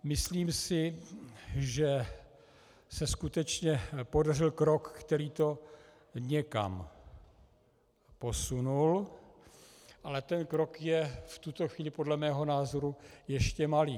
Myslím si, že se skutečně podařil krok, který to někam posunul, ale ten krok je v tuto chvíli podle mého názoru ještě malý.